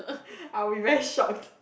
I will be very shocked